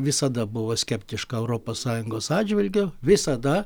visada buvo skeptiška europos sąjungos atžvilgiu visada